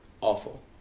awful